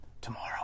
tomorrow